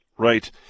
Right